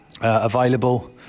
available